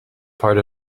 part